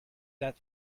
that